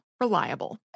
Reliable